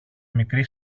μικρή